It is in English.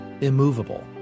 immovable